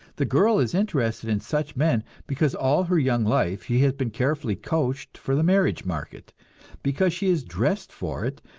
the girl is interested in such men, because all her young life she has been carefully coached for the marriage market because she is dressed for it,